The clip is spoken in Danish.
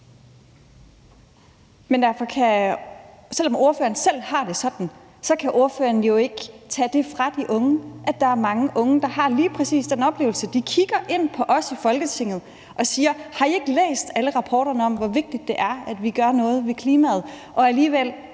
Rod (RV): Men selv om ordføreren selv har det sådan, kan ordføreren jo ikke tage fra de unge, at der er mange unge, der har lige præcis den oplevelse. De kigger ind på os i Folketinget og siger: Har I ikke læst alle rapporterne om, hvor vigtigt det er, at vi gør noget ved klimaet? Alligevel